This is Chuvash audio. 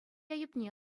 айӑпне